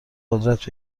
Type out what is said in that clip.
قدرت